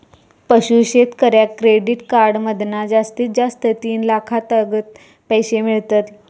पशू शेतकऱ्याक credit card मधना जास्तीत जास्त तीन लाखातागत पैशे मिळतत